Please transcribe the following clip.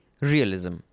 realism